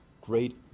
great